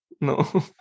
no